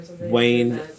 Wayne